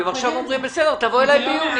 ועכשיו הם אומרים: תבוא אליי ביוני.